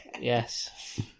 Yes